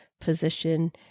position